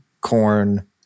corn